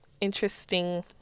interesting